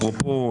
אפרופו,